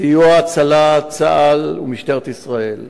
סיוע והצלה, צה"ל ומשטרת ישראל.